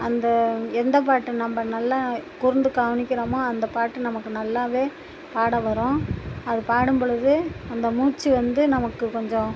அந்த எந்த பாட்டு நம்ப நல்லா கூர்ந்து கவனிக்கிறோமோ அந்த பாட்டு நமக்கு நல்லாவே பாட வரும் அதுப் பாடும் பொழுது அந்த மூச்சு வந்து நமக்கு கொஞ்சம்